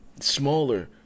smaller